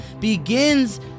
begins